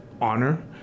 honor